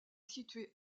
situé